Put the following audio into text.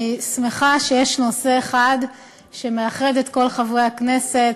אני שמחה שיש נושא אחד שמאחד את כל חברי הכנסת,